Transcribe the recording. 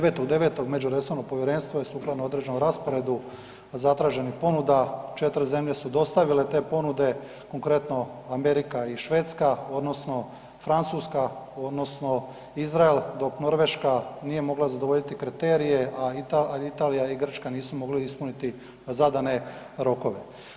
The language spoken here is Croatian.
9.9. međuresorno povjerenstvo je sukladno određenom rasporedu zatraženih ponuda, 4 zemlje su dostavile te ponude, konkretno Amerika i Švedska, odnosno Francuska odnosno Izrael dok Norveška nije mogla zadovoljiti kriterije a Italija i Grčka nisu mogle ispuniti zadane rokove.